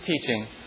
teaching